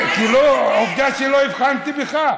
עובדה שלא הבחנתי בך,